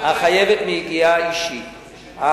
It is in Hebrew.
החייבת מיגיעה אישית".